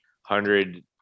hundred